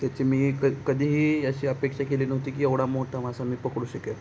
त्याची मी क कधीही अशी अपेक्षा केली नव्हती की एवढा मोठा मासा मी पकडू शकेन